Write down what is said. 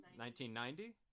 1990